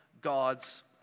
God's